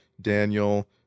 Daniel